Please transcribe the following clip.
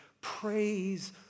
praise